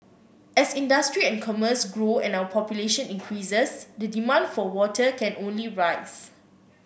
as industry and commerce grow and our population increases the demand for water can only rise